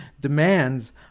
demands